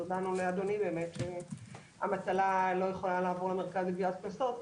אז הודענו לאדוני שהמטלה לא יכולה לעבור למרכז לגביית קנסות,